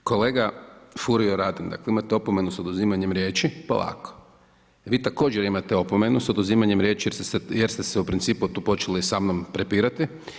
Dakle, kolega Furio Radin, dakle imate opomenu sa oduzimanjem riječi, polako, vi također imate opomenu sa oduzimanjem riječi jer ste se u principu tu počeli samnom prepirati.